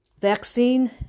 Vaccine